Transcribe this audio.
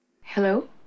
hello